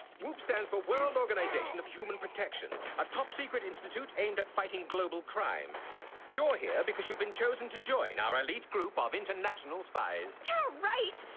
whoop stands for world organization of human protection a top-secret institute aimed at fighting global crime you're here because you've been chosen to join our elite group of international spies yeah, right,